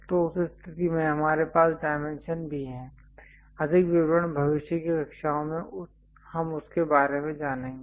तो उस स्थिति में हमारे पास डायमेंशन भी हैं अधिक विवरण भविष्य की कक्षाओं में हम उसके बारे में जानेंगे